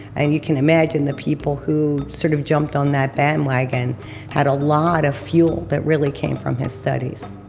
and you can imagine the people who sort of jumped on that bandwagon had a lot of fuel that really came from his studies.